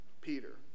Peter